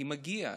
כי מגיע.